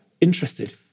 interested